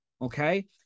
okay